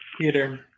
Peter